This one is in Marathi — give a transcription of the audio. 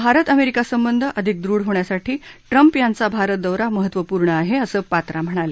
भारत अमेरिका संबंध अधिक दृढ होण्यासाठी ट्रंप यांचा भारत दौरा महत्त्वपूर्ण आहे असं पात्रा म्हणाले